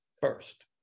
first